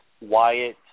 Wyatt